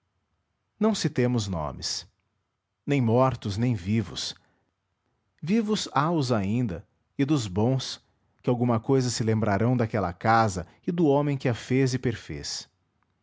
anos não citemos nomes nem mortos nem vivos vivos há os ainda e dos bons que alguma cousa se lembrarão daquela casa e do homem que a fez e perfez